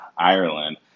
Ireland